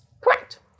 Correct